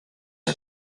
are